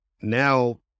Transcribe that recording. now